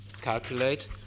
calculate